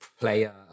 player